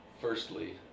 firstly